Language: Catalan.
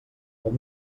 com